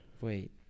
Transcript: wait